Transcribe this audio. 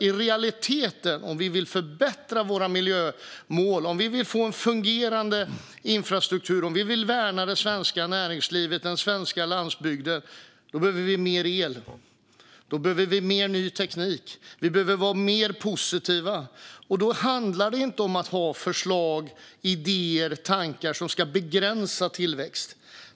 I realiteten är det så här: Om vi vill förbättra våra miljömål, få en fungerande infrastruktur och värna det svenska näringslivet och den svenska landsbygden behöver vi mer el. Då behöver vi mer ny teknik. Vi behöver vara mer positiva, och då handlar det inte om att ha förslag, idéer och tankar om att begränsa tillväxt.